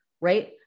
right